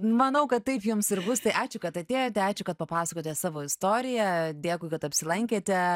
manau kad taip jums ir bus tai ačiū kad atėjote ačiū kad papasakojote savo istoriją dėkui kad apsilankėte